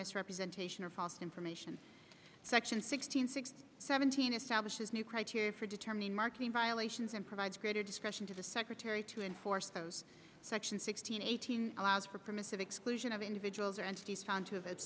misrepresentation or false information section six hundred seventeen establishes new criteria for determining marking violations and provides greater discretion to the secretary to enforce those sections sixteen eighteen allows for permissive exclusion of individuals or entities found to ha